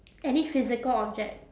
any physical object